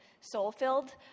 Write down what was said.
soul-filled